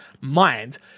mind